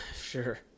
Sure